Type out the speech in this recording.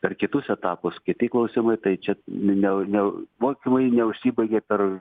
per kitus etapus kiti klausimai tai čia ne ne mokymai neužsibaigia per